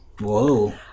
Whoa